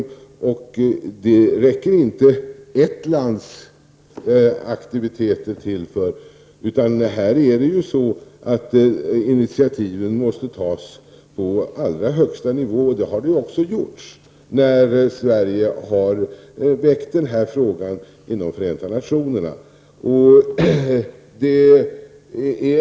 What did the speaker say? I det här sammanhanget räcker inte ert lands aktiviteter till, utan initiativen måste tas på allra högsta nivå. Så har också skett när Sverige har väckt denna fråga inom Förenta nationerna.